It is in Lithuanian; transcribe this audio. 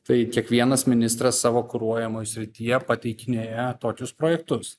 tai kiekvienas ministras savo kuruojamoj srityje pateikinėja tokius projektus